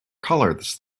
colors